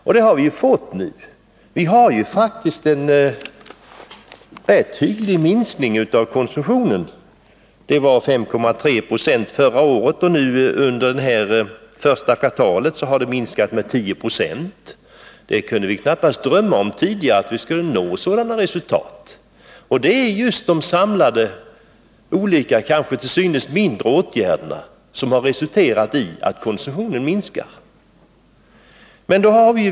Och en sådan har vi fått nu. Det är faktiskt en rätt tydlig minskning av konsumtionen — 5,3 96 förra året och 10 926 under det första kvartalet i år. Vi kunde tidigare knappast drömma om att vi skulle nå sådana resultat. Och det är ju de samlade, till synes mindre, åtgärderna som har resulterat i att konsumtionen minskar.